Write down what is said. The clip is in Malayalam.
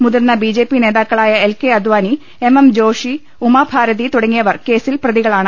മുതിർന്ന ബിജെപി നേതാക്കളായ എൽകെ അദാനി എംഎം ജോഷി ഉമാഭാരതി തുടങ്ങിയവർ കേസിൽ പ്രതികളാണ്